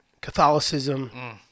Catholicism